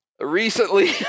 Recently